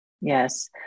Yes